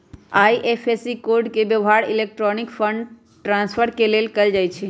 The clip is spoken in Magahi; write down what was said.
आई.एफ.एस.सी कोड के व्यव्हार इलेक्ट्रॉनिक फंड ट्रांसफर के लेल कएल जाइ छइ